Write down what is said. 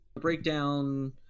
breakdown